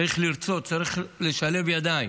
צריך לרצות, צריך לשלב ידיים.